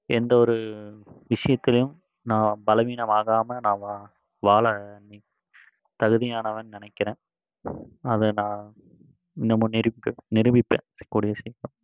எந்த ஒரு விஷயத்துலேயும் நான் பலவீனமாகாமல் நான் வா வாழ நிக் தகுதியானவன் நினைக்கிறேன் அது நான் இன்னமும் நிரூபிப்பேன் நிரூபிப்பேன் சீ கூடியச் சீக்கிரம்